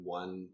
one